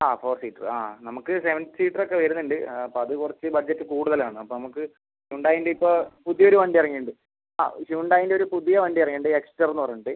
ആ four seater ആ നമുക്ക് സെവൻ സീറ്ററൊക്കെ വരുന്നണ്ട് ആ അപ്പം അത് കുറച്ച് ബഡ്ജറ്റ് കൂടുതലാണ് അപ്പം നമുക്ക് ഹ്യുണ്ടായീൻ്റെ ഇപ്പോൾ പുതിയൊരു വണ്ടി ഇറങ്ങിട്ടുണ്ട് ആ ഹ്യുണ്ടായീൻ്റെ ഒരു പുതിയ വണ്ടി എറങ്ങീനിണ്ട് എക്സ്റ്റർന്ന് പറഞ്ഞിട്ട്